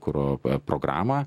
kuro programą